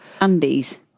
Undies